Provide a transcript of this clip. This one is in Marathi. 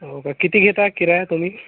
हो का किती घेता किराया तुम्ही